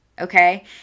okay